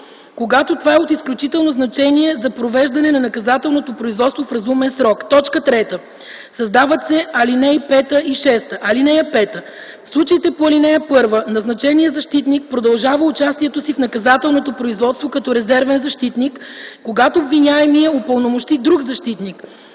когато това е от изключително значение за провеждане на наказателното производство в разумен срок.” 3. Създават се ал. 5 и 6: „(5) В случаите по ал. 1 назначеният защитник продължава участието си в наказателното производство като резервен защитник, когато обвиняемият упълномощи друг защитник